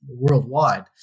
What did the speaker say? worldwide